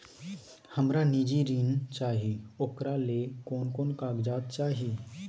हमरा निजी ऋण चाही ओकरा ले कोन कोन कागजात चाही?